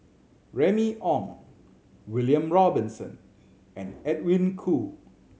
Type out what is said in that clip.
Remy Ong William Robinson and Edwin Koo